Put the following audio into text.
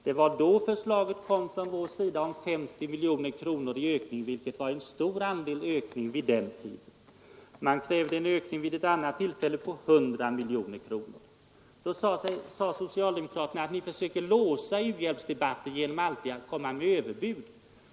Det var då förslaget kom från vår sida om 50 miljoner kronor i ökning, vilket utgjorde en stor andel av biståndspengarna vid den tiden. Vi krävde ett annat budgetår en ökning på 100 miljoner kronor. Socialdemokraterna påstod då att vi försökte låsa u-hjälpsdebatten genom att alltid komma med överbud.